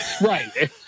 Right